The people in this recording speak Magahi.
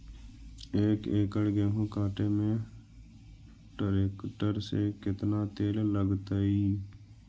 एक एकड़ गेहूं काटे में टरेकटर से केतना तेल लगतइ?